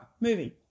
moving